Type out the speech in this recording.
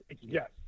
yes